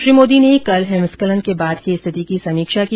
श्री मोदी ने कल हिमस्खलन के बाद की स्थिति की समीक्षा की